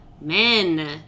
Men